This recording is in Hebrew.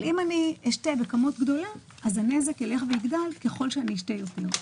אבל אם אשתה בכמות גדולה אז הנזק ילך ויגדל ככל שאשתה יותר.